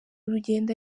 urugendo